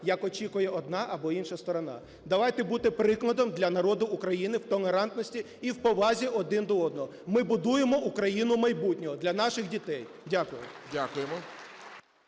як очікує одна або інша сторона, давайте бути прикладом для народу України в толерантності і в повазі один до одного. Ми будуємо Україну майбутнього для наших дітей. Дякую.